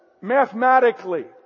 mathematically